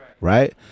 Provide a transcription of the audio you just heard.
right